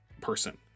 person